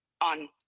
on